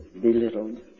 belittled